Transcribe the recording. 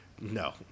no